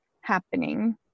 happening